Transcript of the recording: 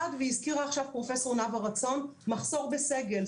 אחד, והזכירה עכשיו פרופ' נאוה רצון, מחסור בסגל.